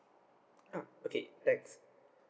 mm okay thanks